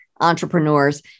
entrepreneurs